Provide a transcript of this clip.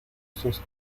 sus